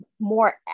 more